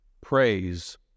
Praise